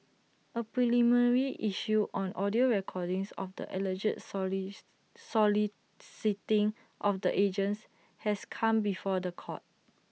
A preliminary issue on audio recordings of the alleged solicits soliciting of the agents has come before The Court